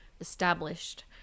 established